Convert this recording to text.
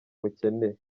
mukeneye